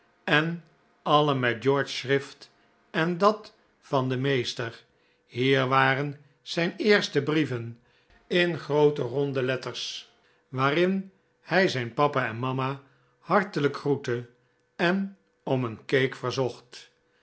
en alle met george's schrift en dat van den meester hier waren zijn eerste brieven in groote ronde letters w'aarin hij zijn papa en mama hartelijk groette en om een cake verzocht